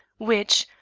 which,